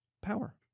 power